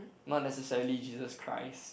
not necessarily Jesus Christ